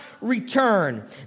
return